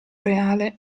reale